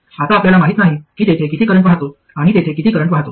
आता आपल्याला माहित नाही की तेथे किती करंट वाहतो आणि तेथे किती करंट वाहतो